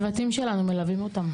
הצוותים שלנו מלווים אותם